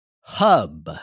Hub